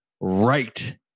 right